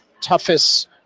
toughest